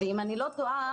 ואם אני לא טועה,